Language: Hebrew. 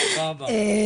תודה רבה.